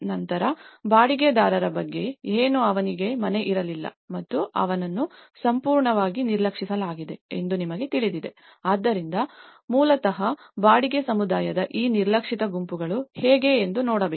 ನಂತರ ಬಾಡಿಗೆದಾರರ ಬಗ್ಗೆ ಏನು ಅವನಿಗೆ ಮನೆ ಇರಲಿಲ್ಲ ಮತ್ತು ಅವನನ್ನು ಸಂಪೂರ್ಣವಾಗಿ ನಿರ್ಲಕ್ಷಿಸಲಾಗಿದೆ ಎಂದು ನಿಮಗೆ ತಿಳಿದಿದೆ ಆದ್ದರಿಂದ ಮೂಲತಃ ಬಾಡಿಗೆ ಸಮುದಾಯದ ಈ ನಿರ್ಲಕ್ಷಿತ ಗುಂಪುಗಳು ಹೇಗೆ ಎಂದು ನೋಡಬೇಕು